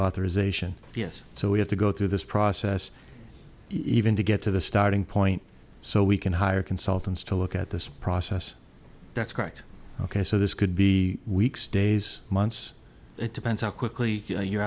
authorization yes so we have to go through this process even to get to the starting point so we can hire consultants to look at this process that's correct ok so this could be weeks days months it depends how quickly your